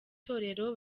torero